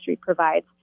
provides